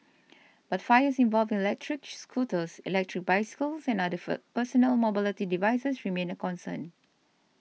but fires involving electric scooters electric bicycles and other personal mobility devices remain a concern